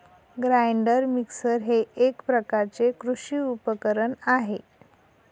grinder mixer हे एक प्रकारचे कृषी उपकरण आहे